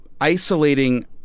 isolating